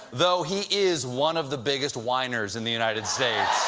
though he is one of the biggest whiners in the united so